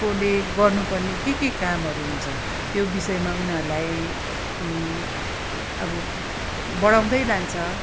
को ले गर्नु पर्ने के के कामहरू हुन्छ त्यो विषयमा उनीहरूलाई अब बढाउँदै लान्छ